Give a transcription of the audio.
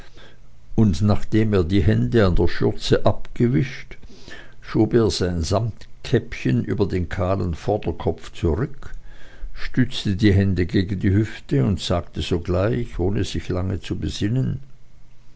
und nachdem er die hände an der schürze abgewischt schob er sein samtkäppchen über den kahlen vorderkopf zurück stützte die hände gegen die hüfte und sagte sogleich ohne sich lange zu besinnen